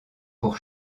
pour